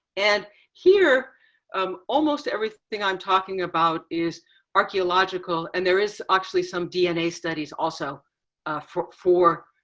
and here um almost everything i'm talking about is archaeological. and there is actually some dna studies also for for